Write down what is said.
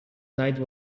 night